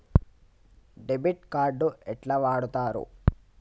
Debit card ఎట్లా వాడుతరు?